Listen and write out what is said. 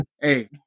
Hey